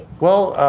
well,